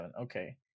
Okay